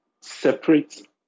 separate